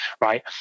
right